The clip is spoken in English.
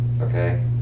okay